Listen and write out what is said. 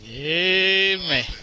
Amen